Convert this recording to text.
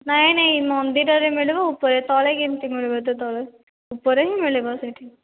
ନାହିଁ ନାହିଁ ମନ୍ଦିରରେ ମିଳିବ ଉପରେ ତଳେ କେମିତି ମିଳିବ ତଳେ ଉପରେ ହିଁ ମିଳିବ ସେଠି